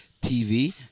TV